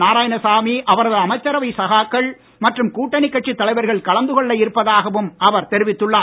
நாராயணசாமி அவரது அமைச்சரவை சகாக்கள் மற்றும் கூட்டணி கட்சி தலைவர்கள் கலந்து கொள்ள இருப்பதாகவும் அவர் தெரிவித்துள்ளார்